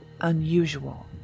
unusual